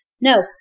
No